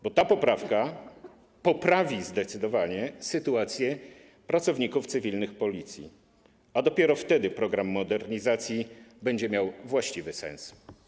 Bo ta poprawka poprawi zdecydowanie sytuację pracowników cywilnych Policji, a dopiero wtedy program modernizacji będzie miał właściwy sens.